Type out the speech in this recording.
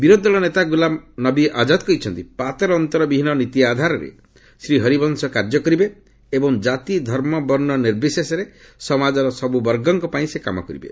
ବିରୋଧୀ ଦଳ ନେତା ଗୁଲାମ ନବୀ ଆକାଦ କହିଛନ୍ତି ପାତର ଅନ୍ତର ବିହୀନ ନୀତି ଆଧାରରେ ଶ୍ରୀ ହରିବଂଶ କାର୍ଯ୍ୟ କରିବେ ଏବଂ ଜାତି ଧର୍ମ ବର୍ଷ୍ଣ ନିର୍ବିଶେଷରେ ସମାଜର ସବୁବର୍ଗଙ୍କ ପାଇଁ ସେ କାମ କରିବେ